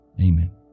Amen